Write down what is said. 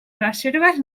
reserves